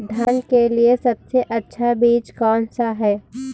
धान के लिए सबसे अच्छा बीज कौन सा है?